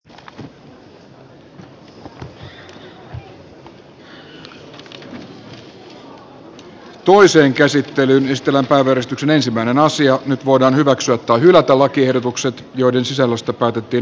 toiseen käsittelyyn ystävän palvelustytön ensimmäinen nyt voidaan hyväksyä tai hylätä lakiehdotukset joiden sisällöstä päätettiin ensimmäisessä käsittelyssä